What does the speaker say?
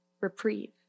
reprieve